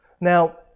Now